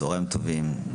צוהריים טובים,